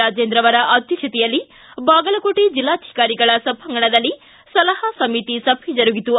ರಾಜೇಂದ್ರ ಅವರ ಅಧ್ಯಕ್ಷತೆಯಲ್ಲಿ ಬಾಗಲಕೋಟೆ ಜಿಲ್ಲಾಧಿಕಾರಿಗಳ ಸಭಾಂಗಣದಲ್ಲಿ ಸಲಹಾ ಸಮಿತಿ ಸಭೆ ಜರುಗಿತು